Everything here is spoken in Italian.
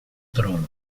trono